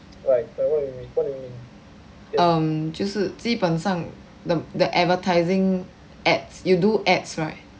um 就是基本上 the the advertising ads you do ads right